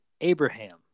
Abraham